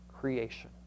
creation